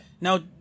Now